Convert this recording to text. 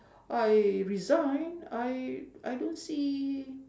I resign I I don't see